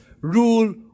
rule